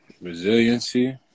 Resiliency